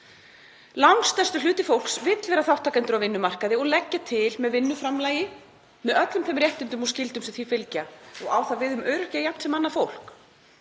Langstærstur hluti fólks vill vera þátttakendur á vinnumarkaði og leggja sitt til með vinnuframlagi með öllum þeim réttindum og skyldum sem því fylgja. Það á við um öryrkja jafnt sem annað fólk.